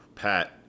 Pat